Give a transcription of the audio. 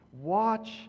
Watch